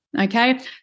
okay